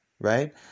Right